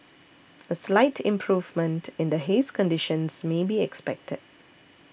a slight improvement in the haze conditions may be expected